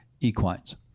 equines